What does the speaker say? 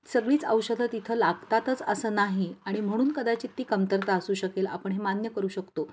सगळीच औषधं तिथं लागतातच असं नाही आणि म्हणून कदाचित ती कमतरता असू शकेल आपण हे मान्य करू शकतो